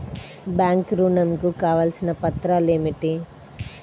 Bank ఋణం కు కావలసిన పత్రాలు ఏమిటి?